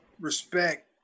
respect